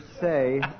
say